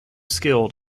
skilled